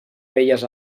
belles